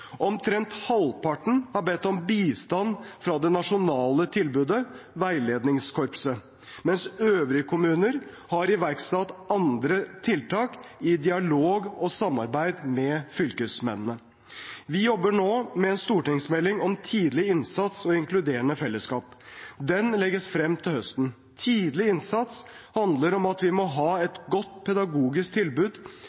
Omtrent halvparten har bedt om bistand fra det nasjonale tilbudet Veilederkorpset, mens øvrige kommuner har iverksatt andre tiltak i dialog og samarbeid med fylkesmennene. Vi jobber nå med en stortingsmelding om tidlig innsats og inkluderende fellesskap. Den legges frem til høsten. Tidlig innsats handler om at vi må ha